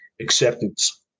acceptance